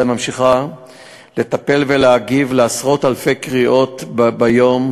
ממשיכה לטפל ולהגיב על עשרות אלפי קריאות ביום,